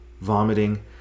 vomiting